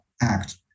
act